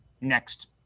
next